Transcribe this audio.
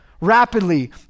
rapidly